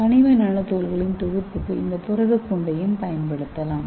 கனிம நானோ துகள்களின் தொகுப்புக்கு இந்த புரதக் கூண்டையும் பயன்படுத்தலாம்